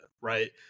right